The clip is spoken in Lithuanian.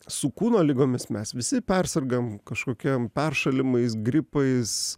su kūno ligomis mes visi persergam kažkokiam peršalimais gripais